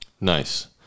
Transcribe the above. Nice